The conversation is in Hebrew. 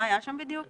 מה היה שם בדיוק?